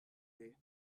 day